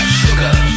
sugar